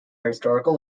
historical